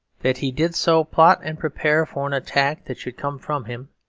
that he did so plot and prepare for an attack that should come from him,